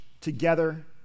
together